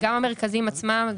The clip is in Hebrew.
גם המרכזים עצמם,